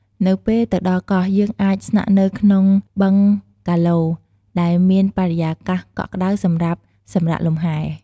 នៅពេលទៅដល់កោះ យើងអាចស្នាក់នៅក្នុងបឹងហ្គាឡូ ដែលមានបរិយាកាសកក់ក្ដៅសម្រាប់សម្រាកលំហែ។